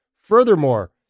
Furthermore